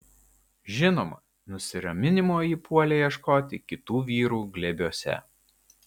žinoma nusiraminimo ji puolė ieškoti kitų vyrų glėbiuose